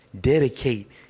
dedicate